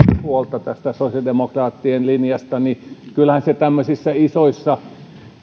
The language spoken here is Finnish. huolta sosiaalidemokraattien linjasta niin kyllähän tämmöisissä isoissa